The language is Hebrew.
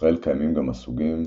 בישראל קיימים גם הסוגים